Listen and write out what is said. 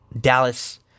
Dallas